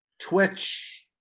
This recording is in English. Twitch